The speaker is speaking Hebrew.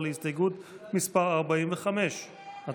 הסתייגות 42 לא